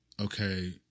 okay